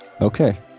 Okay